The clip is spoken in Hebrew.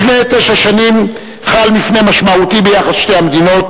לפני תשע שנים חל מפנה משמעותי ביחסי שתי המדינות,